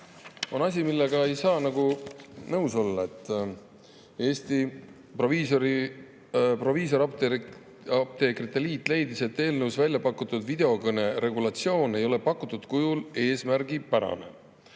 on asi, millega ei saa nõus olla. Eesti Proviisorapteekide Liit leidis, et eelnõus välja pakutud videokõne regulatsioon ei ole pakutud kujul eesmärgipärane.